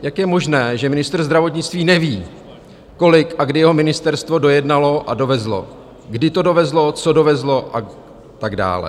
Jak je možné, že ministr zdravotnictví neví, kolik a kdy jeho ministerstvo dojednalo a dovezlo, kdy to dovezlo, co dovezlo a tak dále?